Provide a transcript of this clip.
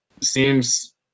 Seems